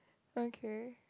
okay